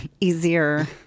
easier